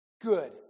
good